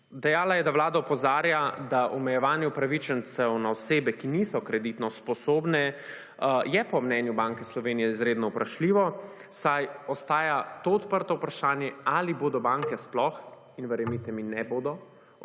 Dejala je, da Vlada opozarja, da omejevanje upravičencev na osebe, ki niso kreditno sposobne, je po mnenju Banke Slovenije izredno vprašljivo, saj ostaja to odprto vprašanje ali bodo banke sploh, in verjemite mi, ne bodo,